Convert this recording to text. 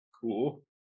cool